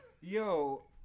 Yo